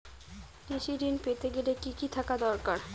কৃষিঋণ পেতে গেলে কি কি থাকা দরকার?